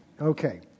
Okay